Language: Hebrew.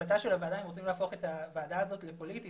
החלטה של הוועדה אם רוצים להפוך את הוועדה הזו לפוליטית.